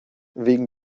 wegen